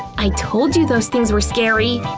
i told you those things were scary!